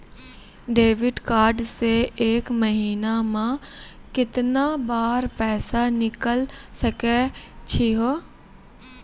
Debit card से एक महीना मा केतना बार पैसा निकल सकै छि हो?